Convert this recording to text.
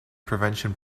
prevention